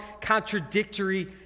contradictory